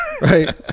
Right